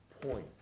point